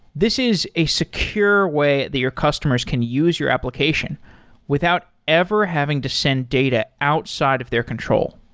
this is a secure way the your customers can use your application without ever having to send data outside of their control.